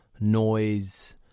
noise